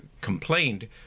complained